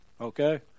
okay